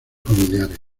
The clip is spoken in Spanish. familiares